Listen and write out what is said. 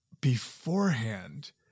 beforehand